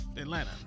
Atlanta